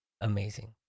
amazing